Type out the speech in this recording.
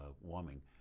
warming